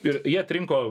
ir jie atrinko